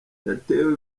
yatezwe